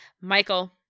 Michael